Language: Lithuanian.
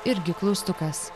irgi klaustukas